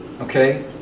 okay